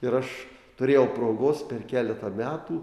ir aš turėjau progos per keletą metų